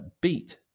beat